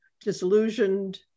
disillusioned